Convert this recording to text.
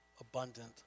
abundant